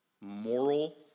moral